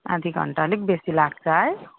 आधि घन्टा अलिक बेसी लाग्छ है